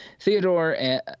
theodore